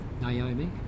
Naomi